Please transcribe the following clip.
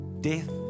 death